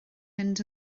mynd